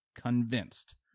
convinced